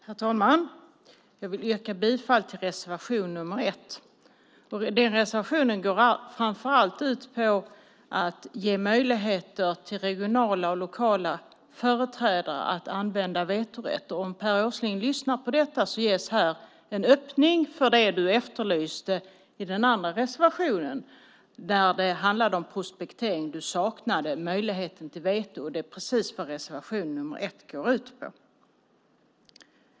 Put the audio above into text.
Herr talman! Jag vill yrka bifall till reservation nr 1. Den reservationen går framför allt ut på att ge möjligheter för regionala och lokala företrädare att använda vetorätt. Om Per Åsling lyssnar på detta märker han att här ges en öppning för det han efterlyste i den andra reservationen, där det handlade om prospektering. Du saknade möjligheten till veto. Det är precis vad reservation nr 1 går ut på.